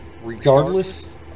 regardless